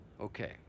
Okay